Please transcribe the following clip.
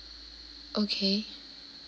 okay